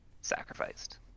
sacrificed